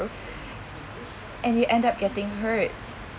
and you end up getting hurt